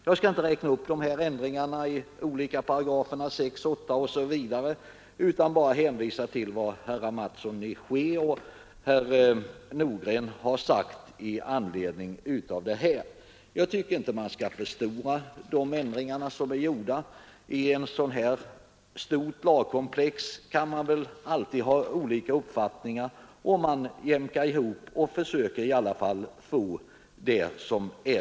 Jag skall inte räkna upp ändringarna i de olika paragraferna, utan bara hänvisa till vad herr Mattsson i Skee och herr Nordgren har sagt. Jag tycker inte man skall förstora de gjorda ändringarna. Det gäller ett så stort lagkomplex att man alltid kan ha olika uppfattningar. Man jämkar ihop och söker få fram det bästa.